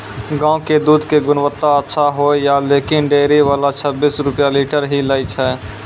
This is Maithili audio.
गांव के दूध के गुणवत्ता अच्छा होय या लेकिन डेयरी वाला छब्बीस रुपिया लीटर ही लेय छै?